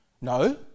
no